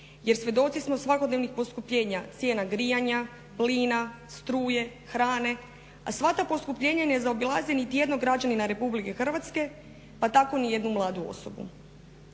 jer svjedoci smo svakodnevnih poskupljenja cijena grijanja, plina, struje, hrane, a sva ta poskupljenja ne zaobilaze nitijednog građanina RH pa tako ni jednu mladu osobu.